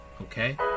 okay